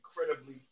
incredibly